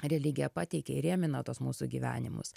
religija pateikia įrėmina tuos mūsų gyvenimus